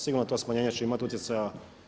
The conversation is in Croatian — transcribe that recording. Sigurno to smanjenje će imati utjecaja.